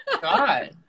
God